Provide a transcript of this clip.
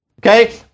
Okay